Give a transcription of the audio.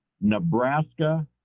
Nebraska